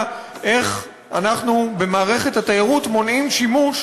איך אנחנו במערכת התיירות מונעים שימוש,